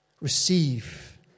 Receive